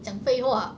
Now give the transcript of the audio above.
讲废话